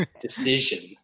decision